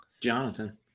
jonathan